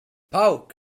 pauc